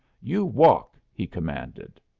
you walk! he commanded.